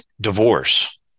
Divorce